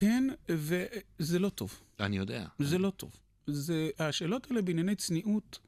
כן, וזה לא טוב. אני יודע. זה לא טוב. זה... השאלות האלה בענייני צניעות...